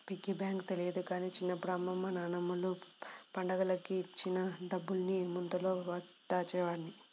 piggy bank తెలియదు గానీ చిన్నప్పుడు అమ్మమ్మ నాన్నమ్మలు పండగలప్పుడు ఇచ్చిన డబ్బుల్ని ముంతలో దాచేవాడ్ని